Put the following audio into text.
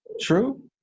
True